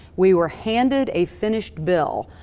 we were handed a finished bill,